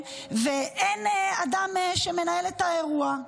אין אדם שמנהל את האירוע.